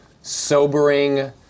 sobering